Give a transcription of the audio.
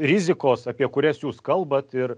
rizikos apie kurias jūs kalbat ir